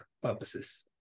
Purposes